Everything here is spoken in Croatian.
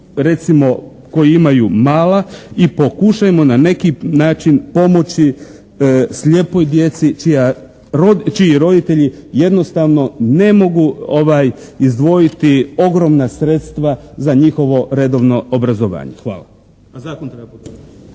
recimo koji imaju mala i pokušajmo na neki način pomoći slijepoj djeci čiji roditelji jednostavno ne mogu izdvojiti ogromna sredstva za njihovo redovno obrazovanje. Hvala,